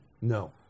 No